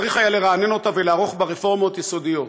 צריך היה לרענן אותה ולערוך בה רפורמות יסודיות.